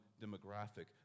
demographic